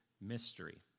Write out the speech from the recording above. mystery